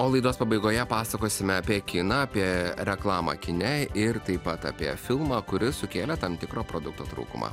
o laidos pabaigoje pasakosime apie kiną apie reklamą kine ir taip pat apie filmą kuris sukėlė tam tikro produkto trūkumą